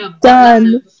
done